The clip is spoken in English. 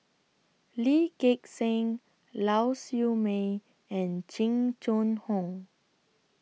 Lee Gek Seng Lau Siew Mei and Jing Jun Hong